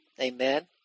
Amen